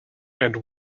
and